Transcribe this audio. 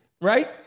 right